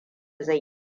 zan